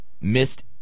missed